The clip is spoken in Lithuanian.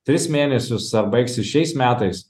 tris mėnesius ar baigsis šiais metais